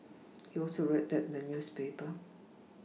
he also read that in the newspaper